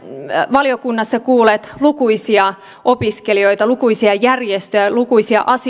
valiokunnassa kuulleet lukuisia opiskelijoita lukuisia järjestöjä lukuisia